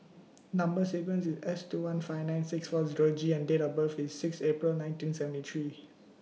Number sequence IS S two one five nine six four Zero G and Date of birth IS six April nineteen seventy three